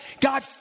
God